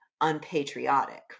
unpatriotic